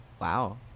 Wow